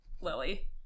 Lily